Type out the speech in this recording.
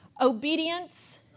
Obedience